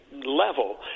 Level